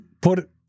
put